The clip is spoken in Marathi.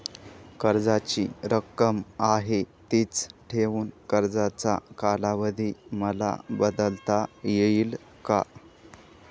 कर्जाची रक्कम आहे तिच ठेवून कर्जाचा कालावधी मला बदलता येईल का?